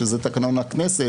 שזה תקנון הכנסת.